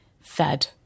fed